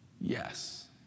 yes